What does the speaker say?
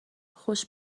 خوش